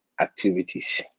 activities